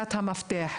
שתרצה.